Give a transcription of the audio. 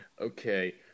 okay